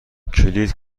کلید